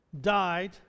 died